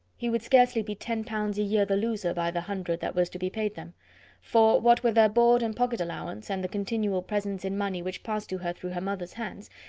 he would scarcely be ten pounds a year the loser by the hundred that was to be paid them for, what with her board and pocket allowance, and the continual presents in money which passed to her through her mother's hands,